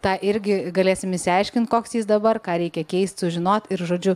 tą irgi galėsim išsiaiškint koks jis dabar ką reikia keist sužinot ir žodžiu